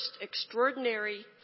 extraordinary